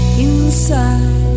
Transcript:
inside